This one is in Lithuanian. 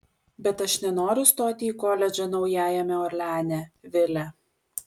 bet aš nenoriu stoti į koledžą naujajame orleane vile